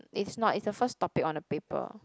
it's not it's the first topic on the paper